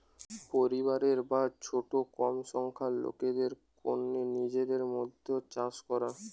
পরিবারের বা ছোট কম সংখ্যার লোকদের কন্যে নিজেদের মধ্যে চাষ করা